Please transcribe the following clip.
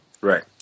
Right